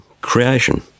creation